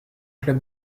club